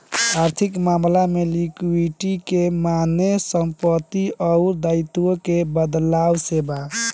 आर्थिक मामला में लिक्विडिटी के माने संपत्ति अउर दाईत्व के बदलाव से बा